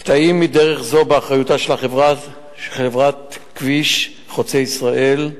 קטעים מדרך זו הם באחריותה של חברת "חוצה ישראל".